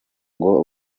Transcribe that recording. ngo